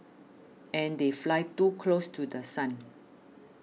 and they fly too close to The Sun